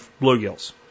bluegills